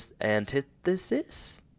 Antithesis